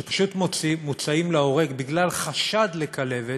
שפשוט מוצאים להורג בגלל חשד לכלבת,